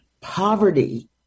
Poverty